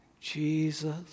Jesus